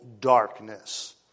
darkness